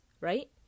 right